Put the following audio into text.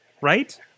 right